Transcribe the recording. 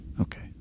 Okay